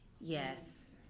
Yes